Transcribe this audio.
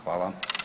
Hvala.